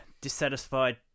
dissatisfied